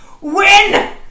win